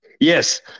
Yes